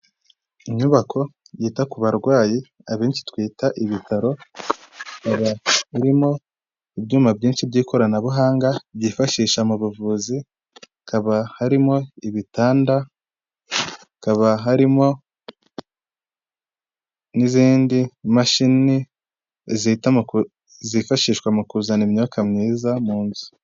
Inyubako yita ku barwayi abenshi twita ibitaro, birimo ibyuma byinshi by'ikoranabuhanga byifashishwa mu buvuzi, hakaba harimo ibitanda hakaba harimo n'izindi mashini zihita zifashishwa mu kuzana imyuka myiza mu nzu.